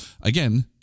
Again